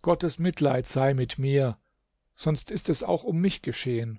gottes mitleid sei mit mir sonst ist es auch um mich geschehen